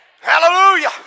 Hallelujah